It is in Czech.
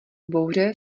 bouře